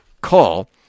call